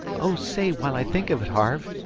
oh, say, while i think of it, harve,